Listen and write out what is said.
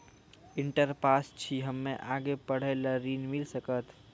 Inter पास छी हम्मे आगे पढ़े ला ऋण मिल सकत?